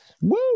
Woo